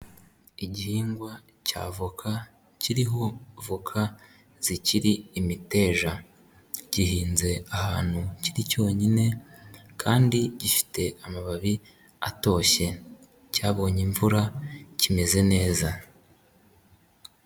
Igihingwa cya avoka kiriho voka zikiri imiteja, gihinze ahantu kiri cyonyine kandi gifite amababi atoshye cyabonye imvura kimeze neza.